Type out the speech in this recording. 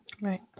Right